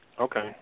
Okay